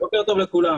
בוקר טוב לכולם.